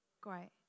Great